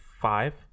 five